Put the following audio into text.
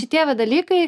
šitie va dalykai